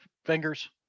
fingers